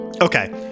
Okay